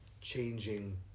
changing